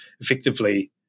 effectively